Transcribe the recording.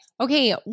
okay